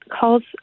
calls